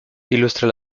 ilustra